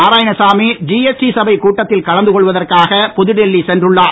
Narayanasamy GST சபைக் கூட்டத்தில் கலந்து கொள்வதற்காக புதுடெல்லி சென்றுள்ளார்